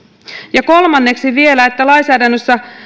ja kolmanneksi vielä että lainsäädännössä